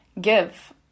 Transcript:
give